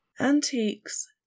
Antiques